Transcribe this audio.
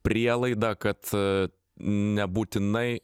prielaidą kad nebūtinai